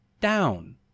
down